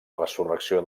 resurrecció